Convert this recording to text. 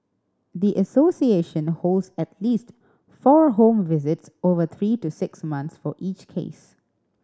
the association holds at least four home visits over three to six months for each case